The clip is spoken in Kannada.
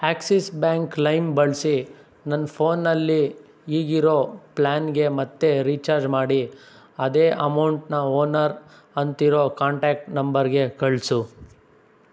ಆಕ್ಸಿಸ್ ಬ್ಯಾಂಕ್ ಲೈಮ್ ಬಳಸಿ ನನ್ನ ಫೋನ್ನಲ್ಲಿ ಈಗಿರೋ ಪ್ಲಾನ್ಗೆ ಮತ್ತೆ ರೀಚಾರ್ಜ್ ಮಾಡಿ ಅದೇ ಅಮೌಂಟನ್ನ ಓನರ್ ಅಂತಿರೋ ಕಾಂಟ್ಯಾಕ್ಟ್ ನಂಬರ್ಗೆ ಕಳಿಸು